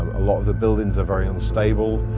a lot of the buildings are very unstable.